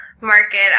market